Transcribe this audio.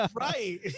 Right